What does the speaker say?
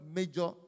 major